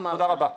תודה רבה.